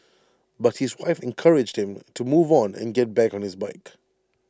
but his wife encouraged him to move on and get back on his bike